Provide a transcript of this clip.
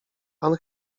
pan